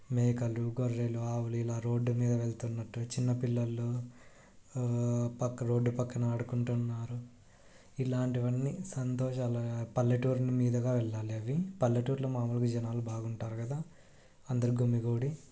మేకలు గొర్రెలు ఆవుల ఇలా రోడ్డు మీద వెళ్తున్నట్టు చిన్న పిల్లలు పక్క రోడ్డు పక్కన ఆడుకుంటున్నారు ఇలాంటివి అన్నీ సంతోషాలుగా పల్లెటూరును మీదుగా వెళ్ళాలి అవి పల్లెటూర్లో మాములుగా జనాలు బాగుంటారు కదా అందరు గుమిగూడి